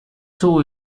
too